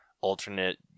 alternate